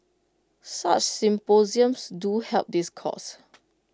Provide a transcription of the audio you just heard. such symposiums do help this cause